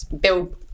build